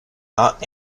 not